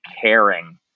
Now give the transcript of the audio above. caring